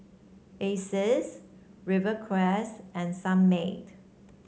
Asics Rivercrest and Sunmaid